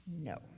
No